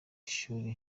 shuli